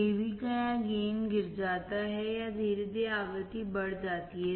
Av या gain गिर जाता है या धीरे धीरे आवृत्ति बढ़ जाती है